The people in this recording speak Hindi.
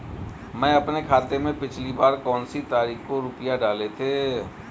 मैंने अपने खाते में पिछली बार कौनसी तारीख को रुपये डाले थे?